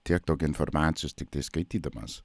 tiek daug informacijos tiktai skaitydamas